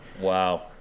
wow